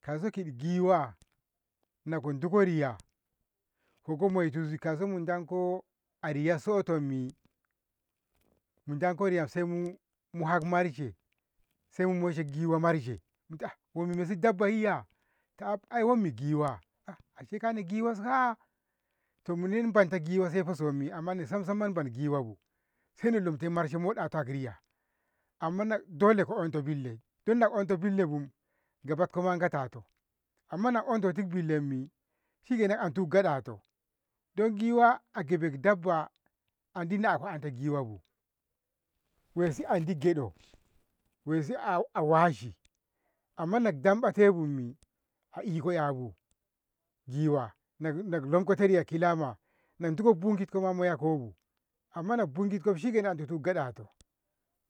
kausi kiti giwa na ko nduko riya goko moitu kauso mudanko a riya sotommi, mudanko riya saimu hak marshe saimu moishe giwa marshe kiti ah wansi dabba yiya ta af ai wammi giwa ah ashe kana giwas ka'a! munin banta giwa saiko somi amma ni samsam in banta giwa saina lomte marshe moɗato gag riya ama na dole ko anto bille, danna onto bille ba gabatkoma gatato amma na ontotit billemmi shikenan a do gaɗato dan giwa agibeb dabba andi nako giwabu waisi andi gyadau waisi a a washi amma na damba tebummi a iko 'yabu. giwa nako lomkote riya kinawa nako bunkitkoma a moya kobu amma nako bunkitko shikenan sai nditu a gadato